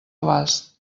abast